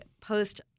post